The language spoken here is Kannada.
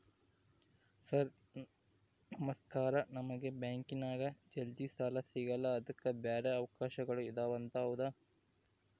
ಸರ್ ನಮಸ್ಕಾರ ನಮಗೆ ಬ್ಯಾಂಕಿನ್ಯಾಗ ಜಲ್ದಿ ಸಾಲ ಸಿಗಲ್ಲ ಅದಕ್ಕ ಬ್ಯಾರೆ ಅವಕಾಶಗಳು ಇದವಂತ ಹೌದಾ?